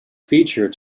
feature